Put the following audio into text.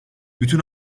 bütün